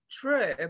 true